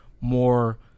more